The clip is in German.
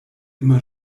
immer